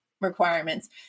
requirements